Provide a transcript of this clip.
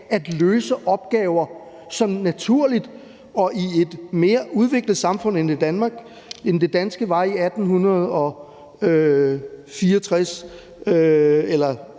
at løse disse opgaver i et mere udviklet samfund, end det danske var i 1864 eller ved